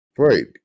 Right